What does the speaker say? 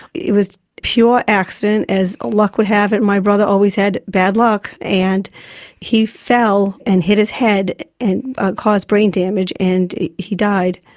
it was pure accident, as luck would have it my brother always had bad luck, and he fell and hit his head and ah it caused brain damage, and he died.